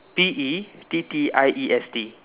P E T T I E S T